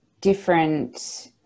different